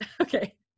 Okay